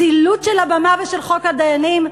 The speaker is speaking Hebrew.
זילות של הבמה ושל חוק הדיינים.